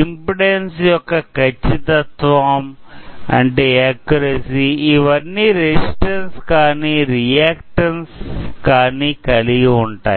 impedance యొక్క ఖచ్చితత్త్వం ఇవన్నీ రెసిస్టన్స్ కానీ రియాక్టన్స్ కానీ కలిగి ఉంటాయి